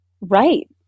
Right